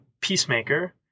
peacemaker